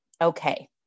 Okay